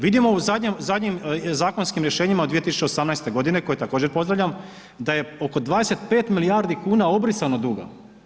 Vidimo u zadnjim zakonskim rješenjima od 2018. godine, koje također pozdravljam, da je oko 25 milijardi kuna obrisano duga.